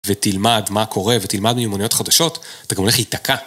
ותלמד מה קורה ותלמד מימוניות חדשות, אתה גם הולך להיתקע.